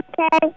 Okay